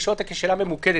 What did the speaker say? שאלה נוספת: